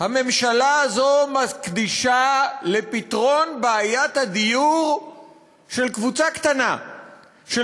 הממשלה הזו מקדישה לפתרון בעיית הדיור של קבוצה קטנה של